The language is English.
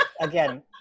Again